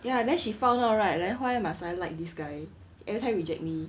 ya then she found out right like why must I like this guy every time reject me